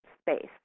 space